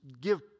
give